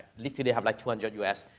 literally, had like two hundred u s.